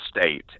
state